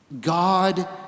God